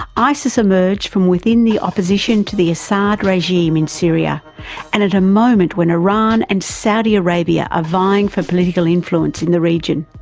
isis emerged from within the opposition to the assad regime in syria and at a moment when iran and saudi arabia are vying for political influence in the region.